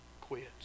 quits